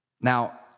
Now